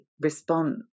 response